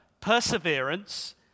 perseverance